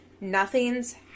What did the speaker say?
nothing's